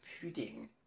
pudding